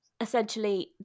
Essentially